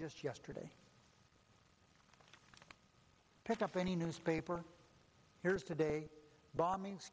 just yesterday pick up any newspaper here's today